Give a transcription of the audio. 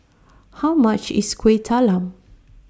How much IS Kueh Talam